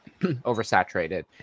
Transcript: oversaturated